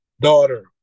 Daughter